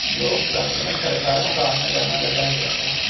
लोकतंत्र में सरकारों का आना जाना लगा ही रहता है